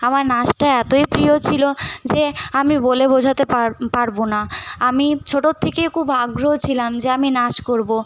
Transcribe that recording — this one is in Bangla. আমার নাচটা এতোই প্রিয় ছিলো যে আমি বলে বোঝাতে পার পারবো না আমি ছোটো থেকেই খুব আগ্রহী ছিলাম যে আমি নাচ করবো